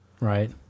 Right